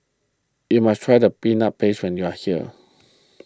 you must try the Peanut Paste when you are here